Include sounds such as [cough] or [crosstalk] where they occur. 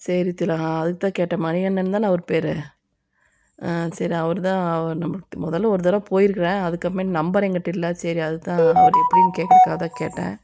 சரி திலகா அதுக்கு தான் கேட்டேன் மணிகண்டன் தானே அவர் பேர் ஆ சரி அவர் தான் [unintelligible] முதல்ல ஒரு தடவை போயிருக்கிறேன் அதுக்கு அப்புறமேட்டு நம்பர் எங்கிட்ட இல்லை சரி அதுக்கு தான் அவர் எப்படின்னு கேக்கிறதுக்காக தான் கேட்டேன்